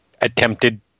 attempted